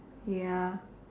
ya